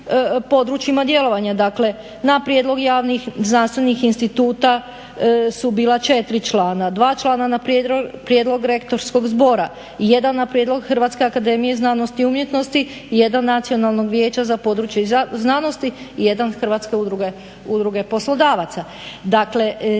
područjima djelovanja, dakle na prijedlog javnih znanstvenih instituta su bila 4 člana, 2 člana na prijedlog rektorskog zbora, 1 na prijedlog HAZU, 1 Nacionalnog vijeća za područje znanosti i 1 Hrvatske udruge poslodavaca. Dakle,